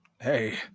hey